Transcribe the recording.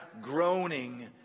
groaning